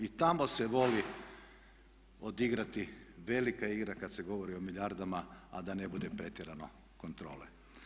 I tamo se voli odigrati velika igra kada se govori o milijardama a da ne bude pretjerano kontrole.